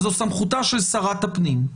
אז זו סמכותה של שרת הפנים.